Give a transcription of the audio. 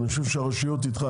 אני חושב שהרשויות איתך,